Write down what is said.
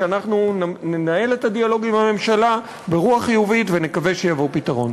שאנחנו ננהל את הדיאלוג עם הממשלה ברוח חיובית ונקווה שיבוא פתרון.